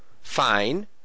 Fine